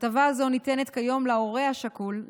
הטבה זו ניתנת כיום להורה השכול,